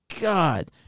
God